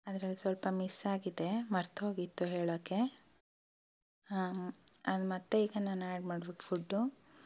ಅದ್ರಲ್ಲಿ ಸ್ವಲ್ಪ ಮಿಸ್ ಆಗಿದೆ ಮರ್ತು ಹೋಗಿತ್ತು ಹೇಳೋಕ್ಕೆ ನಾನು ಮತ್ತೆ ಈಗ ನಾನು ಆ್ಯಡ್ ಮಾಡ್ಬೇಕು ಫುಡ್ಡು